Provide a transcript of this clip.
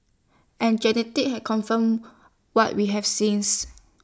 and genetic have confirm what we have since